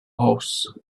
horse